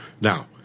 Now